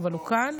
אבל הוא כאן.